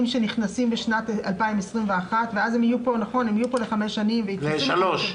שנכנסים בשנת 2021 ואז הם יהיו פה לשלוש שנים.